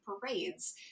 parades